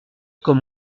comme